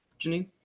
Janine